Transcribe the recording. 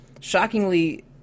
shockingly